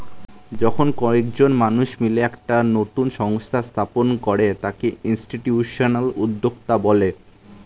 যখন কয়েকজন মানুষ মিলে একটা নতুন সংস্থা স্থাপন করে তাকে ইনস্টিটিউশনাল উদ্যোক্তা বলে